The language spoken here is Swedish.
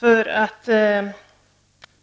om medlemskap.